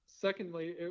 Secondly